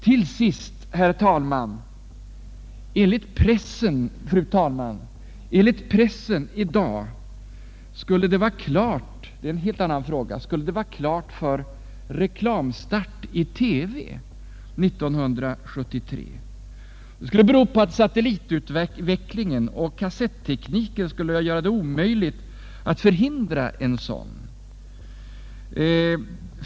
Till sist, fru talman, vill jag framhålla — och det gäller här en helt annan fråga — att det enligt pressen i dag skulle vara klart för reklamstart i TV 1973. Detta sägs bero på att satellitutvecklingen och kassettekniken skulle göra det omöjligt att förhindra en sådan start.